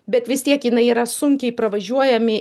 bet vis tiek jinai yra sunkiai pravažiuojami